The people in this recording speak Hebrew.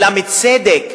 אלא מצדק,